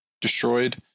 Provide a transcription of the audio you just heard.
destroyed